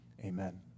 amen